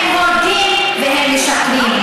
הם מודים והם משקרים.